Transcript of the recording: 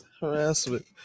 harassment